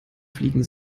fliegen